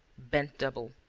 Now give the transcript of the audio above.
bent double,